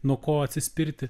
nuo ko atsispirti